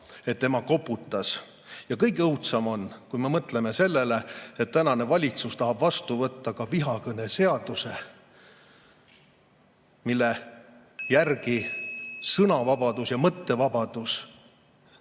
et ta koputas. Kõige õudsem on, kui me mõtleme sellele, et tänane valitsus tahab vastu võtta ka vihakõneseaduse, mille järgi sõnavabadus ja mõttevabadus